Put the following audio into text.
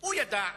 הוא ידע,